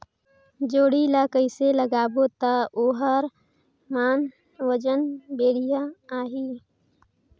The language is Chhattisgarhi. जोणी ला कइसे लगाबो ता ओहार मान वजन बेडिया आही?